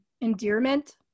endearment